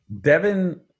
Devin